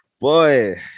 Boy